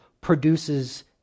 produces